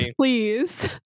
please